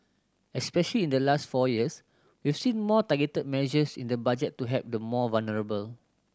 especially in the last four years we've seen more targeted measures in the Budget to help the more vulnerable